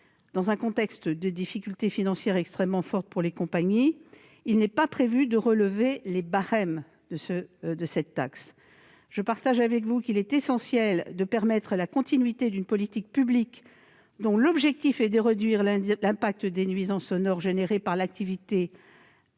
Dans un contexte de difficultés financières extrêmement fortes pour les compagnies, il n'est pas prévu de relever les barèmes de cette taxe. Je suis d'accord avec vous, madame la sénatrice, il est essentiel de permettre la continuité d'une politique publique dont l'objectif est de réduire l'impact des nuisances sonores entraînées par l'activité